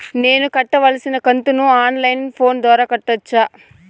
నేను కట్టాల్సిన కంతును ఆన్ లైను ఫోను ద్వారా కట్టొచ్చా?